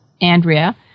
Andrea